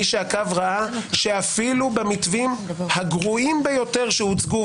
מי שעקב ראה שאפילו במתווים הגרועים ביותר שהוצגו,